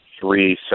three